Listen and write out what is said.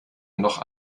noch